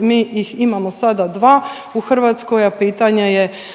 Mi ih imamo sada 2 u Hrvatskoj, a pitanje je,